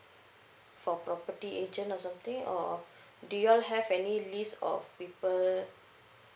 for property agent or something or do you all have any list of people